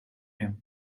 him